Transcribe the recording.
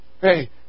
Hey